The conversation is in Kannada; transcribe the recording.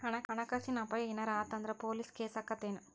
ಹಣ ಕಾಸಿನ್ ಅಪಾಯಾ ಏನರ ಆತ್ ಅಂದ್ರ ಪೊಲೇಸ್ ಕೇಸಾಕ್ಕೇತೆನು?